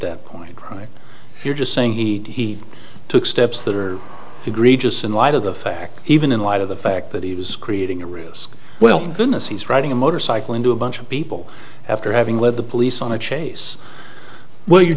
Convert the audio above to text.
that point right you're just saying he took steps that are egregious in light of the fact even in light of the fact that he was creating a risk well goodness he's riding a motorcycle into a bunch of people after having led the police on a chase will you